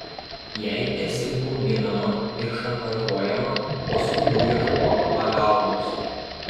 jei esi bauginama ir šantažuojama kuo skubiau ieškok pagalbos